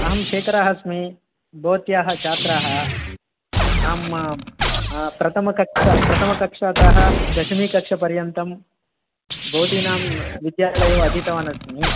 अहं शेखरः अस्मि भवत्याः छात्रः अहं प्रथमकक्षा प्रथमकक्षातः दशमीकक्षापर्यन्तं भवतीनां विद्यालये एव अधीतवानस्मि